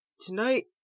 tonight